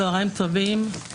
צוהריים טובים,